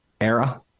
era